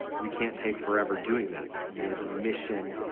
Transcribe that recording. we can't take forever doing that, you know. the mission,